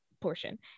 portion